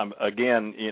again